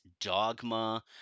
Dogma